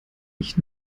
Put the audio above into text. ich